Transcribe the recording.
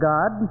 God